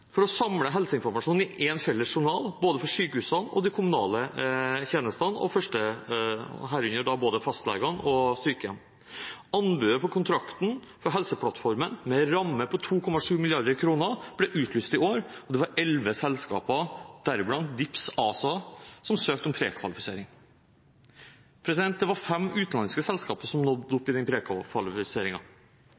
for å samle helseinformasjon i én felles journal, både for sykehusene og de kommunale tjenestene, herunder både fastlegene og sykehjem. Anbudet på kontrakten for Helseplattformen, med en ramme på 2,7 mrd. kr, ble utlyst i år, og det var 11 selskaper – deriblant DIPS ASA – som søkte om prekvalifisering. Det var fem utenlandske selskaper som nådde opp